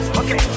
okay